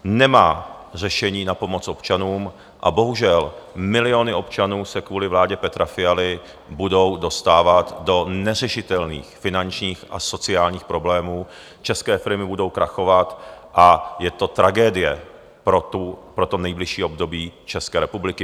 Nemá řešení na pomoc občanům a bohužel miliony občanů se kvůli vládě Petra Fialy budou dostávat do neřešitelných finančních a sociálních problémů, české firmy budou krachovat a je to tragédie pro to nejbližší období České republiky.